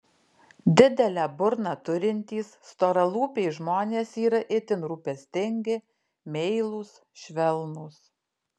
didelę burną turintys storalūpiai žmonės yra itin rūpestingi meilūs švelnūs